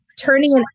turning